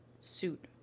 suit